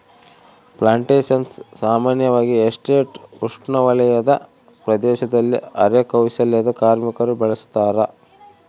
plantations ಸಾಮಾನ್ಯವಾಗಿ estate ಉಪೋಷ್ಣವಲಯದ ಪ್ರದೇಶದಲ್ಲಿ ಅರೆ ಕೌಶಲ್ಯದ ಕಾರ್ಮಿಕರು ಬೆಳುಸತಾರ